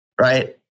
right